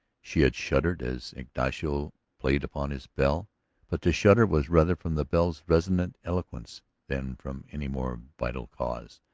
she had shuddered as ignacio played upon his bell but the shudder was rather from the bell's resonant eloquence than from any more vital cause.